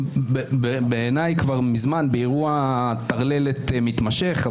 בעיניי אתם כבר מזמן באירוע טרללת מתמשך,